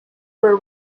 were